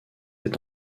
est